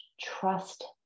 trust